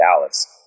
Dallas